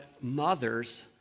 mothers